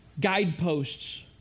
guideposts